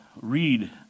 read